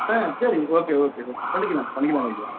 ஆ சரிங்க okay okay okay பண்ணிக்கலா பண்ணிக்கலா ஐயா